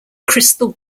crystal